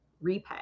repay